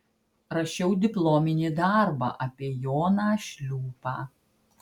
rašiau diplominį darbą apie joną šliūpą